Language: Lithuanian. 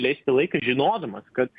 leisti laiką žinodamas kad